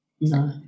no